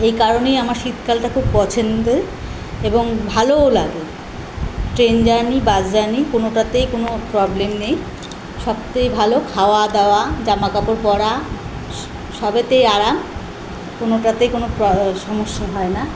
এই কারণেই আমার শীতকালটা খুব পছন্দের এবং ভালোও লাগে ট্রেন জার্নি বাস জার্নি কোনোটাতেই কোনো প্রবলেম নেই সবথেকে ভালো খাওয়া দাওয়া জামাকাপড় পরা সবেতে আরাম কোনোটাতেই কোনো সমস্যা হয় না